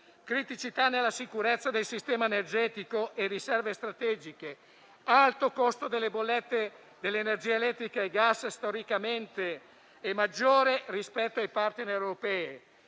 criticità nella sicurezza del sistema energetico e delle riserve strategiche, un alto costo delle bollette di energia elettrica e gas (storicamente maggiore rispetto ai *partner* europei)